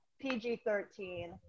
PG-13